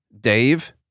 Dave